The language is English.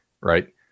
right